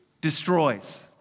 destroys